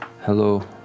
Hello